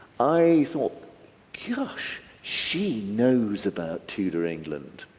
i thought gosh she knows about tudor england.